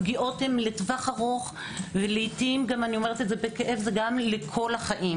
הפגיעות הן לטווח ארוך ולעיתים גם לכל החיים.